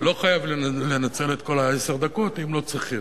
לא חייבים לנצל את כל עשר הדקות אם לא צריכים,